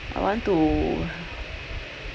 I want to